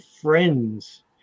friends